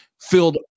Filled